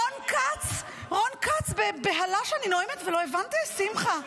רון כץ בבהלה שאני נואמת ולא הבנתי, שמחה?